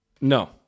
No